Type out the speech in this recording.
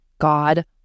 God